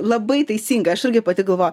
labai teisingai aš irgi pati galvoju